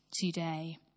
today